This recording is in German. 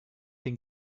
den